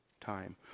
time